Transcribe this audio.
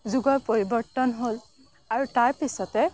যুগৰ পৰিবৰ্তন হ'ল আৰু তাৰপিছতে